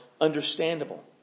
understandable